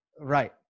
Right